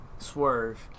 Swerve